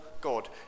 God